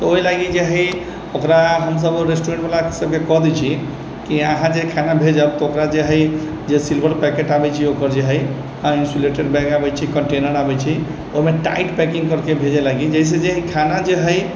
तऽ ओहि लागि जे हइ ओकरा हम सभ ओ रेस्टोरेन्ट बला सभके कहि देइ छियै कि अहाँ जे खाना भेजब तऽ ओकरा जे हइ जे सिल्वर पैकेट आबै छै ओकर जे हइ इन्सुलेटर बैग आबै छै कन्टेनर आबै छै ओहिमे टाइट पैकिङ्ग कयके भेजै लागि जेहिसँ जे हइ खाना जे हइ